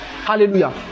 Hallelujah